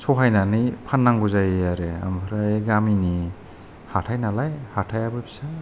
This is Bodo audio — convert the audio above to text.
सहायनानै फाननांगौ जायो आरो आमफ्राय गामिनि हाथाइ नालाय हाथाइयाबो फिसा